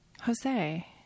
Jose